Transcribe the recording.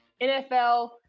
NFL